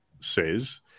says